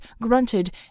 grunted